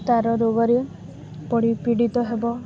ତାର ରୋଗରେ ପଡ଼ି ପୀଡ଼ିତ ହେବ